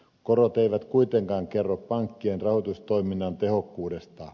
korot eivät kuitenkaan kerro pankkien rahoitustoiminnan tehokkuudesta